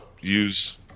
use